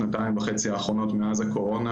שנתיים וחצי האחרונות מאז הקורונה,